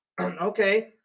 okay